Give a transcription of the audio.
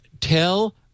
tell